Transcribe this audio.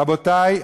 רבותי,